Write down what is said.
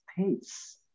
States